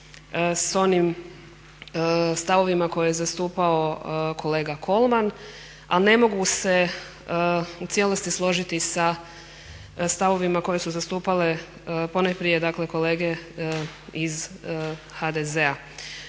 sa onim stavovima koje je zastupao kolega Kolman, a ne mogu se u cijelosti složiti sa stavovima koje su zastupale ponajprije, dakle kolege iz HDZ-a.